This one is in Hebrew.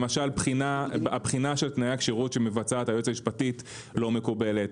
למשל הבחינה של תנאי הכשירות שמבצעת היועצת המשפטית לא מקובלת,